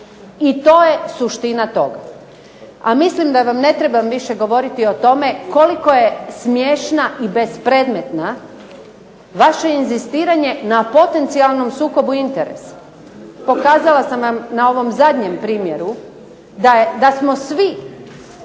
I to je suština toga. A mislim da vam ne trebam više govoriti o tome koliko je smiješna i bespredmetna vaše inzistiranje na potencijalnom sukobu interesa. Pokazala sam vam na ovom zadnjem primjeru da smo svi